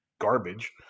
garbage